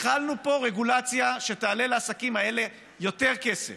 החלנו פה רגולציה שתעלה לעסקים האלה יותר כסף,